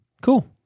Cool